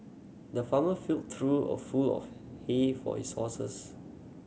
the farmer filled trough of full of hay for his horses